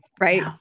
right